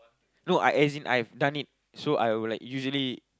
no I as in I have done it so I would like usually